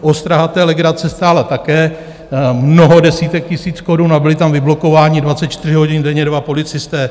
Ostraha té legrace stála také mnoho desítek tisíc korun a byli tam vyblokováni 24 hodin denně dva policisté.